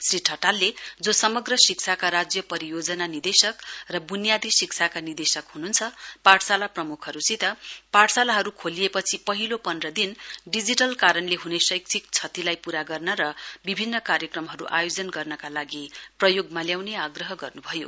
श्री ठटालले जो समग्र शिक्षाका राज्य परयोजना निदेंशक र बुनियादी शिक्षाका निदेशक हुनुहुन्छ पाठशाला प्रमुखहरुसित पाठशालाहरु खुलिएपछि पहिलो पन्ध्रदिन डिजिटल कारणले हुने शैक्षिक क्षतिलाई पूरा गर्न र निभिन्न कार्यक्रमहरु आयोजन गर्नका लागि प्रयोगमा ल्याउने आग्रह गर्नभयो